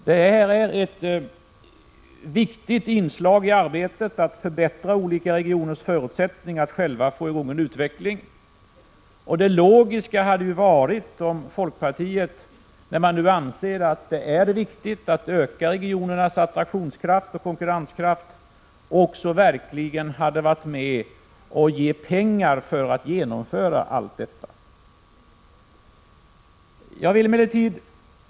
Det här är ett viktigt inslag i arbetet att förbättra olika regioners förutsättningar att själva få i gång en utveckling. När folkpartiet nu anser att det är viktigt att öka regionernas attraktionskraft och konkurrenskraft hade det logiska varit att folkpartiet verkligen hade varit med och gett regionerna pengar för att genomföra allt detta.